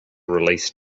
release